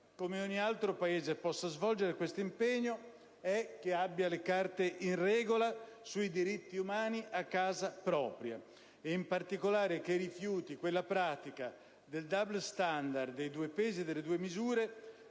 come ogni altro Paese, possa portare avanti quest'impegno è che abbia le carte in regola sui diritti umani a casa propria e, in particolare, che rifiuti la pratica del *double standard*, dei due pesi e delle due misure,